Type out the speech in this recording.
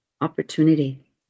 opportunity